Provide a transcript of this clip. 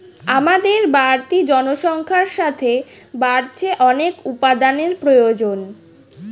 আমাদের বাড়তি জনসংখ্যার সাথে বাড়ছে অনেক উপাদানের প্রয়োজন